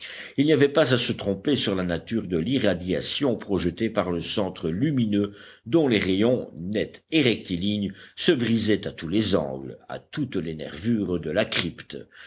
il n'y avait pas à se tromper sur la nature de l'irradiation projetée par le centre lumineux dont les rayons nets et rectilignes se brisaient à tous les angles à toutes les nervures de la crypte